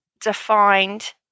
defined